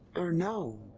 er, no.